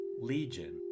Legion